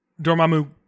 Dormammu